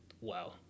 Wow